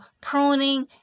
pruning